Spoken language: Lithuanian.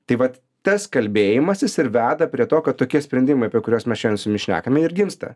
tai vat tas kalbėjimasis ir veda prie to kad tokie sprendimai apie kuriuos mes šiandien su jumis šnekame ir gimsta